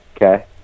Okay